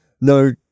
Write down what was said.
no